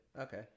Okay